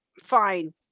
Fine